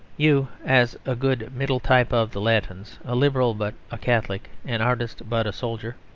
you, as a good middle type of the latins, a liberal but a catholic, an artist but a soldier.